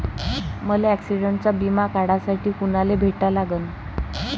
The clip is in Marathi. मले ॲक्सिडंटचा बिमा काढासाठी कुनाले भेटा लागन?